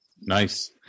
Nice